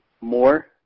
more